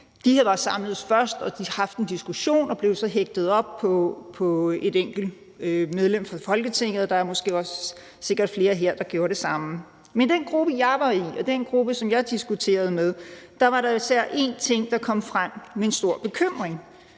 De var samledes først og havde haft en diskussion og blev så hægtet op på et enkelt medlem af Folketinget, og der er måske flere her, der gjorde det samme. Men i den gruppe, jeg var i, den gruppe, som jeg diskuterede med, var der især én ting, der kom frem som en stor bekymring.